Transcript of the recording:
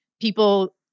people